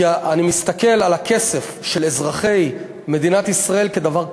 כי אני מסתכל על הכסף של אזרחי מדינת ישראל כדבר קדוש.